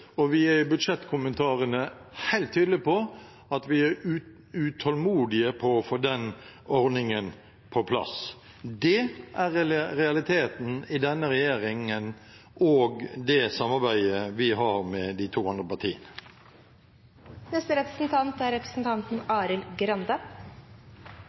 og vi er i budsjettkommentarene helt tydelige på at vi er utålmodige med å få den ordningen på plass. Det er realiteten med denne regjeringen og det samarbeidet vi har med de to andre partiene. Det er